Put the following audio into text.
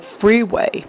freeway